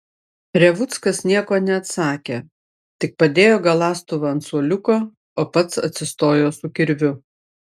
revuckas nieko neatsakė tik padėjo galąstuvą ant suoliuko o pats atsistojo su kirviu